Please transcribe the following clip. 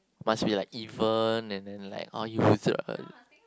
must be like even and then like oh you th~ uh